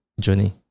journey